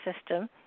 system